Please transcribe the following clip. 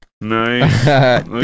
Nice